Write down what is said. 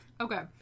Okay